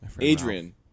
Adrian